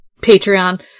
Patreon